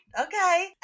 okay